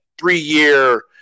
three-year